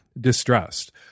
distressed